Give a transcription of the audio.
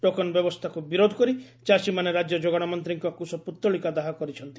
token ବ୍ୟବସ୍ଥାକୁ ବିରୋଦ କରି ଚାଷୀମାନେ ରାକ୍ୟ ଯୋଗାଣ ମନ୍ତୀଙ୍କ କୁଶ ପୁତଳିକା ଦାହ କରିଛନ୍ତି